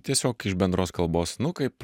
tiesiog iš bendros kalbos nu kaip